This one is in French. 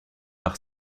par